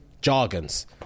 jargons